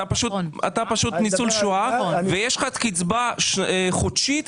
אתה פשוט ניצול שואה ויש לך קצבה חודשית.